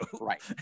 right